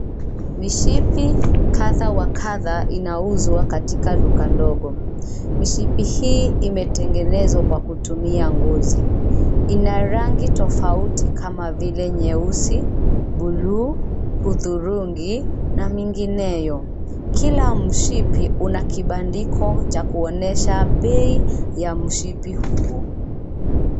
Mishipi kadha wa kadha inauzwa katika duka ndogo. Mishipi hii imetengenezwa kwa kutumia ngozi. Ina rangi tofauti kama vile nyeusi, buluu hudhurungi na mingineo. Kila mshipi una kibandiko cha kuonyesha bei ya mshipi huo.